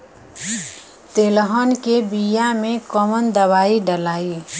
तेलहन के बिया मे कवन दवाई डलाई?